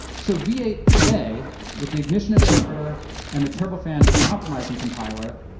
so v eight today, with the ignition interpreter and the turbofan optimizing compiler,